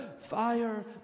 fire